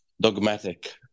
dogmatic